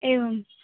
एवम्